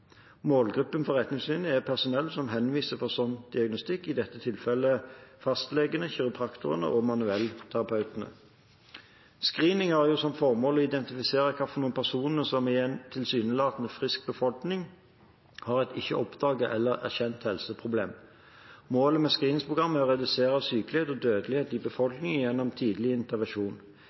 Målgruppen for retningslinjen er personell som henviser for slik diagnostikk, i dette tilfellet fastlegene, kiropraktorene og manuellterapeutene. Screening har som formål å identifisere hvilke personer som i en tilsynelatende frisk befolkning har et ikke oppdaget eller erkjent helseproblem. Målet med screeningprogrammer er å redusere sykelighet og dødelighet i befolkningen gjennom tidlig intervensjon.